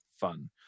fun